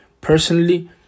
personally